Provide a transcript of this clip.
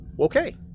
Okay